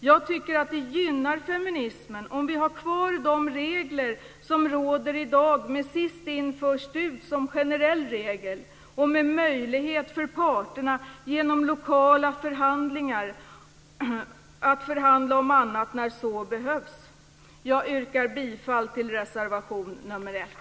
Jag tycker att det gynnar feminismen om vi har kvar de regler som råder i dag med "sist in, först ut" som generell regel och med möjlighet för parterna att i lokala förhandlingar förhandla om annat när så behövs. Jag yrkar bifall till reservation nr 1.